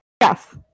yes